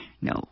no